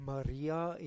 Maria